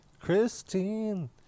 Christine